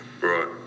Right